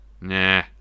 Nah